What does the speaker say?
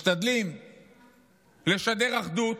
משתדלים לשדר אחדות,